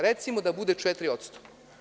Recimo da bude 4%